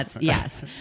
yes